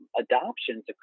adoptions